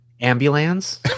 Ambulance